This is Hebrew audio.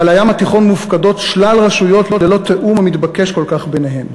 ועל הים התיכון מופקדות שלל רשויות ללא התיאום המתבקש כל כך ביניהן.